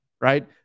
right